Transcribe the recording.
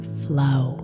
flow